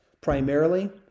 primarily